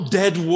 dead